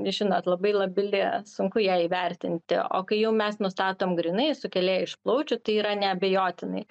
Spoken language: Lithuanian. žinot labai labili sunku ją įvertinti o kai jau mes nustatom grynai sukėlėją iš plaučių tai yra neabejotinai